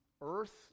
earth